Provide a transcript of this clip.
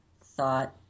thought